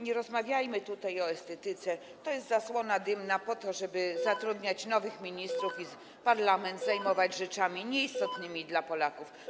Nie rozmawiajmy tutaj o estetyce, to jest zasłona dymna po to, żeby zatrudniać nowych ministrów i zajmować parlament rzeczami nieistotnymi dla Polaków.